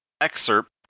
excerpt